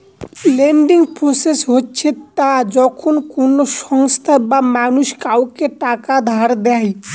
lending process হচ্ছে তা যখন কোনো সংস্থা বা মানুষ কাউকে টাকা ধার দেয়